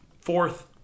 Fourth